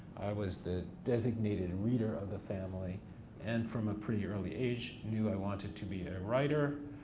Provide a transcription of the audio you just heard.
was the designated reader of the family and from a pretty early age, knew i wanted to be a writer.